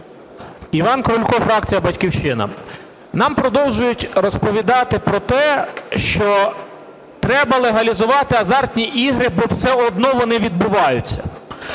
Іван Крулько, фракція "Батьківщина". Нам продовжують розповідати про те, що треба легалізувати азартні ігри, бо все одно вони відбуваються,